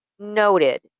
noted